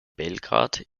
belgrad